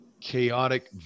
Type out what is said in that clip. chaotic